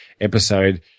episode